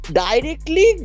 directly